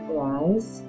rise